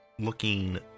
looking